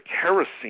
kerosene